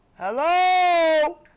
Hello